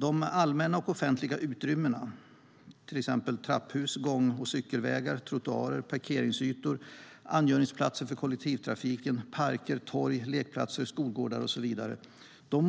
De allmänna och offentliga utrymmena, till exempel trapphus, gång och cykelvägar, trottoarer, parkeringsytor, angöringsplatser för kollektivtrafik, parker, torg, lekplatser, skolgårdar och så vidare, menar